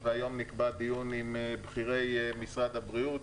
והיום נקבע דיון עם בכירי משרד הבריאות